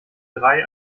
drei